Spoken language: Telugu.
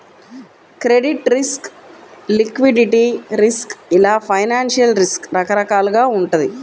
క్రెడిట్ రిస్క్, లిక్విడిటీ రిస్క్ ఇలా ఫైనాన్షియల్ రిస్క్ రకరకాలుగా వుంటది